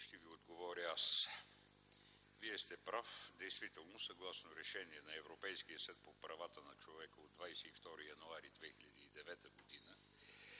ще Ви отговоря аз. Вие сте прав, действително съгласно решение на Европейския съд за правата на човека от 22 януари 2009 г.